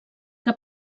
que